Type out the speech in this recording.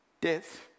death